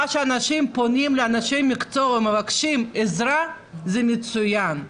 מה שאנשים פונים לאנשי מקצוע ומבקשים עזרה זה מצוין.